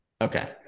Okay